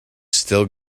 still